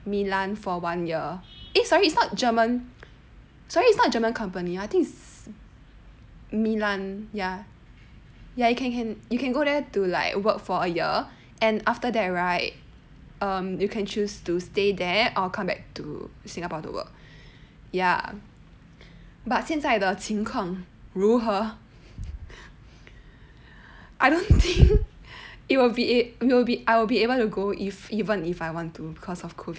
milan for one year eh sorry it's not german sorry it's not german company I think it's milan ya you can you can you can go there to like work for a year and after that right um you can choose to stay there or come back to singapore to work ya but 现在的情况如何 I don't think it will be it I will be able to go if even if I want to cause of COVID